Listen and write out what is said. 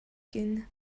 гэнэ